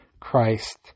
Christ